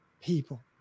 people